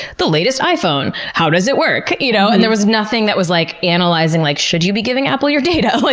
the latest iphone! how does it work? you know and there was nothing that was like analyzing, like, should you be giving apple your data? like